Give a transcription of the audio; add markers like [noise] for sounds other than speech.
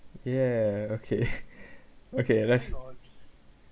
yeah okay [laughs] okay let's